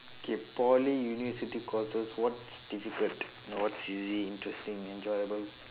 okay poly university courses what's difficult what's easy interesting enjoyable